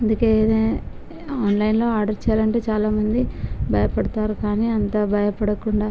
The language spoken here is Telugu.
అందుకే ఏదైనా ఆన్లైన్లో ఆర్డర్ చెయ్యాలంటే చాలామంది భయపడతారు కానీ అంత భయపడకుండా